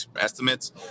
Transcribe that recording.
estimates